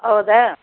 ಹೌದಾ